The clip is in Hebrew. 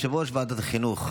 יושב-ראש ועדת החינוך,